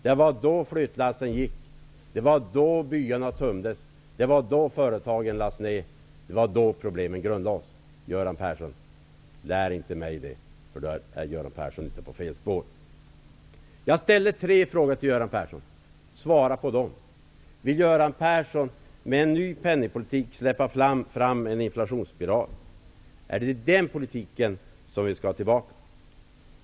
Det var då flyttlassen gick. Det var då byarna tömdes. Det var då företagen lades ned. Det var då problemen grundlades. Lär inte mig det, Göran Persson, för då är Göran Persson ute på fel spår. Jag ställde tre frågor till Göran Persson. Svara på dem! Vill Göran Persson med en ny penningpolitik släppa fram en inflationsspiral? Är det den politiken som vi skall ha tillbaka?